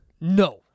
No